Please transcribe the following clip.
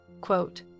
quote